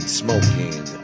smoking